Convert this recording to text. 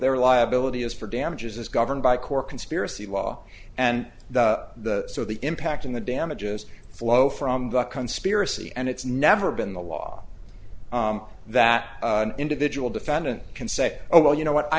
their liability is for damages is governed by court conspiracy law and the so the impact on the damages flow from the conspiracy and it's never been the law that an individual defendant can say well you know